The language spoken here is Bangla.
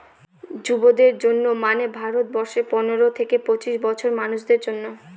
যুবদের জন্য মানে ভারত বর্ষে পনেরো থেকে পঁচিশ বছরের মানুষদের জন্য